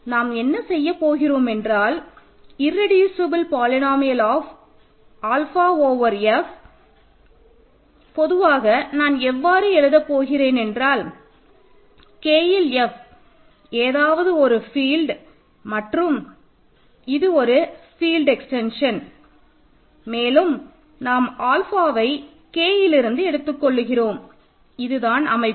நாம் என்ன செய்யப் போகிறோம் என்றால் irreducible polynomial of alpha over F பொதுவாக நான் எவ்வாறு எழுத போகிறேன் என்றால் Kஇல் F ஏதாவது ஒரு ஃபீல்டு மற்றும் இது ஒரு ஃபீல்டு எக்ஸ்டென்ஷன் மேலும் நாம் ஆல்ஃபாவை Kஇல் இருந்து எடுத்துக் கொள்கிறோம் இதுதான் அமைப்பு